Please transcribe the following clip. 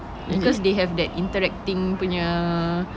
because they have that interacting punya